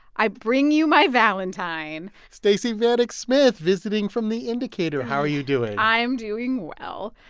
i bring you my valentine stacey vanek smith visiting from the indicator how are you doing? i'm doing well.